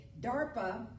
DARPA